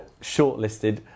shortlisted